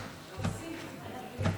אייכלר,